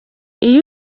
iyo